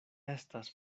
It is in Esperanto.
estas